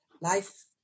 life